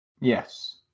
Yes